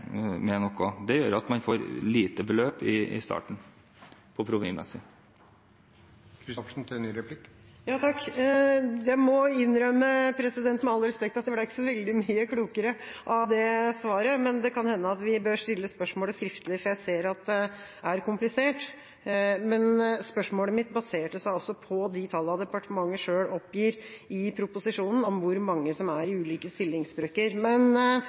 noe. Det gjør at man får et lite beløp i starten – og provenymessig. Jeg må innrømme, med all respekt, at jeg ikke ble så veldig mye klokere av det svaret. Det kan hende at vi bør stille spørsmålet skriftlig, for jeg ser at det er komplisert. Spørsmålet mitt baserte seg altså på de tallene departementet selv oppgir i proposisjonen, om hvor mange som er i ulike stillingsbrøker. Men